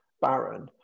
barren